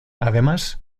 además